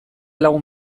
lagun